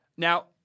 Now